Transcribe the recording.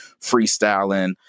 freestyling